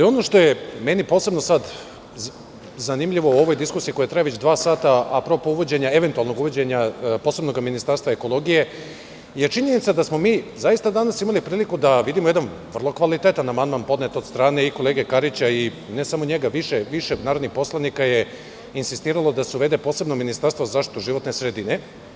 Ono što je meni posebno zanimljivo u ovoj diskusiji koja traje već dva sata, apropo eventualnog uvođenja posebnog ministarstva ekologije, je činjenica da smo mi zaista danas imali priliku da vidimo jedan vrlo kvalitetan amandman podnet od strane i kolege Karića, i ne samo njega, više narodnih poslanika je insistiralo da se uvede posebno ministarstvo za zaštitu životne sredine.